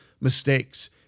mistakes